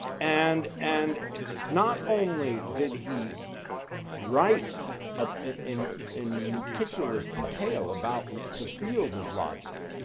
and and not only did he write ah in in meticulous detail about the field of logic,